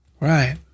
Right